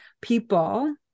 people